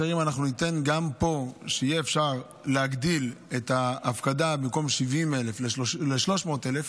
אם פה נאפשר להגדיל את ההפקדה מ-70,000 ל-300,000,